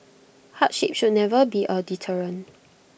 hardship should never be A deterrent